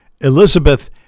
Elizabeth